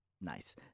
Nice